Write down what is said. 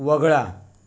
वगळा